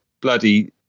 bloody